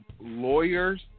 lawyers